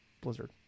Blizzard